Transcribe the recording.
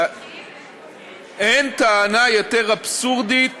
אין טענה יותר אבסורדית